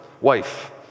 wife